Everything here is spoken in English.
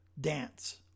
dance